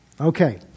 Okay